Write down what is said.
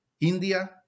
India